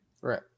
Right